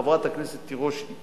חברת הכנסת תירוש,